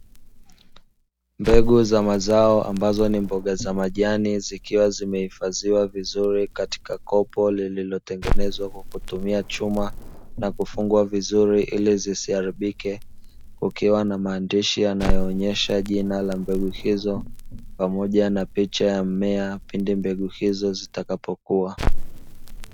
Mbegu za mazao ambazo ni mboga za majani zikiwa zimehifadhiwa vizuri katika kopo lililotengenezwa kwa kutumia chuma na kufungwa vizuri ili zisiharibike, kukiwa na maandishi yanayo onyesha jina la mbegu hizo pamoja na picha ya mmea pindi mbegu hizo zitakapo kua.